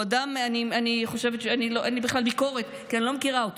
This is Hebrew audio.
אין לי בכלל ביקורת, כי אני לא מכירה אותו.